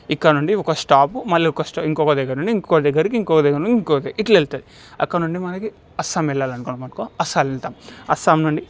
ఇక్కడ నుండి ఒక స్టాప్ మళ్ళీ ఒక ఇంకొక దగ్గర నుండి ఇంకొ దగ్గరకి ఇంకొక దగ్గర నుండి ఇంకోటి ఇట్లా వెళ్తాయి అక్కడ నుండి మనకి అస్సాం వెళ్ళాలనుకున్నామునుకో అస్సాం వెళ్తాం అస్సాం నుండి